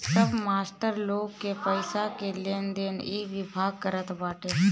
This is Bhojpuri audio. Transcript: सब मास्टर लोग के पईसा के लेनदेन इ विभाग करत बाटे